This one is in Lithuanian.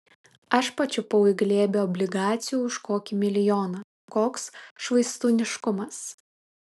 aš pačiupau į glėbį obligacijų už kokį milijoną koks švaistūniškumas